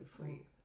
free